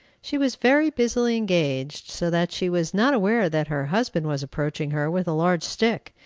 she was very busily engaged, so that she was not aware that her husband was approaching her with a large stick,